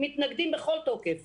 מתנגדים בכל תוקף